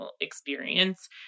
experience